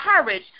courage